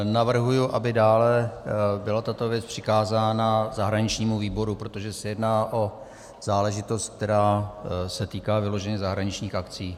Navrhuji, aby dále byla tato věc přikázána zahraničnímu výboru, protože se jedná o záležitost, která se týká vyloženě zahraničních akcí.